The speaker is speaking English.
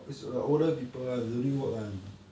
is the older people during work on